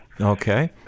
Okay